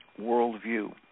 worldview